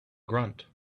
grunt